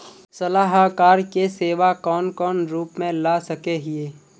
सलाहकार के सेवा कौन कौन रूप में ला सके हिये?